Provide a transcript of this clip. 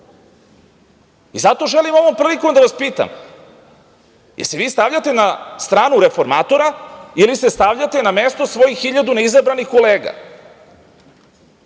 plate. Zato želim ovom prilikom da vas pitam da li se vi stavljate na stranu reformatora ili se stavljate na mesto svojih hiljadu neizabranih kolega?